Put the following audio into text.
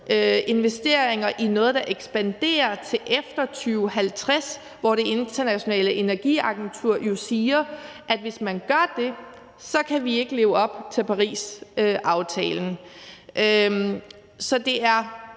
investeringer i noget, der ekspanderer, til efter 2050. Det Internationale Energiagentur siger jo, at hvis man gør det, kan vi ikke leve op til Parisaftalen. Så det er